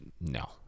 No